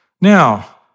Now